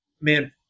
man